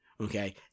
okay